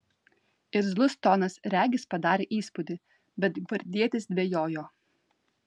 irzlus tonas regis padarė įspūdį bet gvardietis dvejojo